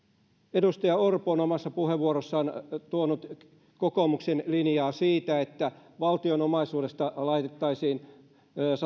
edustaja orpo on omassa puheenvuorossaan tuonut kokoomuksen linjaa siitä että valtion omaisuudesta laitettaisiin